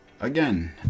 again